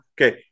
Okay